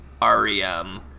rem